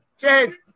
Cheers